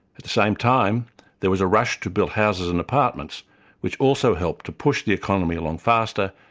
at the same time there was a rush to build houses and apartments which also helped to push the economy along faster,